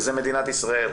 וזה מדינת ישראל,